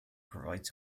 provides